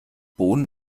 bohnen